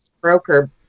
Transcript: broker